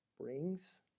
brings